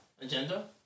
Agenda